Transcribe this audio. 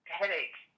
headache